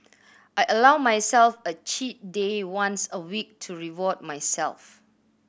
I allow myself a cheat day once a week to reward myself